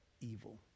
evil